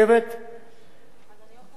להודות לה על עבודתה המקצועית.